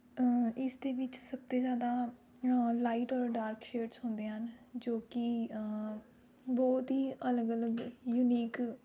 ਇਸ ਦੇ ਵਿੱਚ ਸਭ ਤੋਂ ਜ਼ਿਆਦਾ ਲਾਈਟ ਔਰ ਡਾਰਕ ਸ਼ੇਡਜ਼ ਹੁੰਦੇ ਹਨ ਜੋ ਕਿ ਬਹੁਤ ਹੀ ਅਲੱਗ ਅਲੱਗ ਯੂਨੀਕ